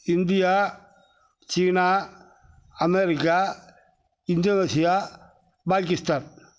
India China America Indonesia Pakistan